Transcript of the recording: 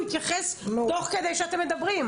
הוא יתייחס תוך כדי שאתם מדברים.